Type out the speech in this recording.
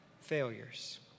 failures